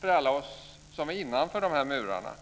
för alla oss som är innanför murarna.